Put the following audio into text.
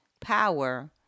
power